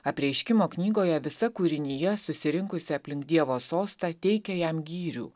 apreiškimo knygoje visa kūrinija susirinkusi aplink dievo sostą teikia jam gyrių